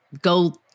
go